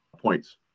points